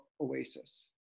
oasis